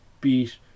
beat